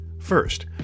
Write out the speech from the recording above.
First